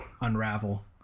unravel